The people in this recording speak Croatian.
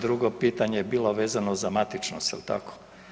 Drugo pitanje je bilo vezano za matičnost, jel tako?